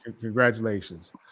Congratulations